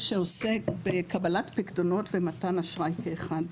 שעוסק בקבלת פיקדונות ומתן אשראי כאחד.